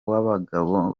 w’abagabo